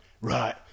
Right